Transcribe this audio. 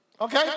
Okay